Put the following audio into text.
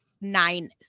nine